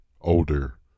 older